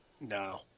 No